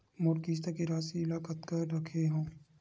मोर किस्त के राशि ल कतका रखे हाव?